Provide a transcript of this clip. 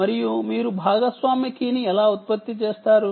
మరియు మీరు shared key ని ఎలా ఉత్పత్తి చేస్తారు